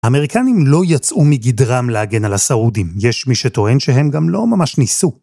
האמריקנים לא יצאו מגדרם להגן על הסעודים. יש מי שטוען שהם גם לא ממש ניסו.